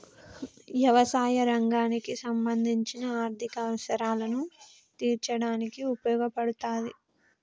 యవసాయ రంగానికి సంబంధించిన ఆర్ధిక అవసరాలను తీర్చడానికి ఉపయోగపడతాది